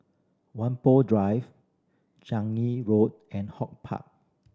Whampoa Drive Changi Road and HortPark